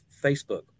Facebook